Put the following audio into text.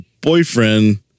boyfriend